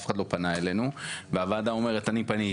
אף אחד לא פנה אלינו, והוועדה אומרת שהיא פנתה,